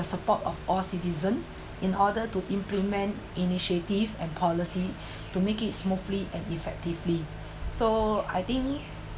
the support of all citizen in order to implement initiative and policy to make it smoothly and effectively so I think